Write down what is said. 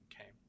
Okay